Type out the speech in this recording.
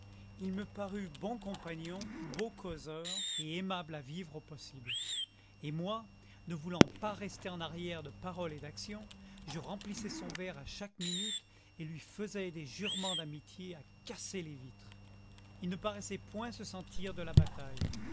il me parut bon compagnon beau causeur et aimable à vivre au possible et moi ne voulant pas rester en arrière de paroles et d'actions je remplissais son verre à chaque minute et lui faisais des jurements d'amitié à casser les vitres il ne paraissait point se sentir de la bataille